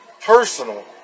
personal